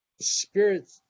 spirit